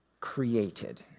created